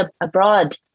abroad